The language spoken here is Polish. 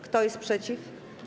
Kto jest przeciw?